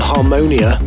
Harmonia